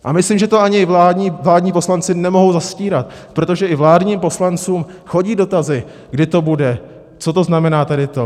A myslím, že to ani vládní poslanci nemohou zastírat, protože i vládním poslancům chodí dotazy, kdy to bude, co to znamená tady to.